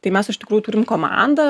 tai mes iš tikrųjų turim komandą